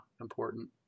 important